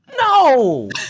no